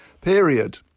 period